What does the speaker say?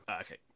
Okay